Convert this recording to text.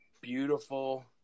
beautiful